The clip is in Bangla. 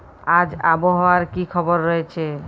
আজ আবহাওয়ার কি খবর রয়েছে?